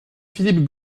philippe